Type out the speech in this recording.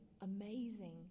amazing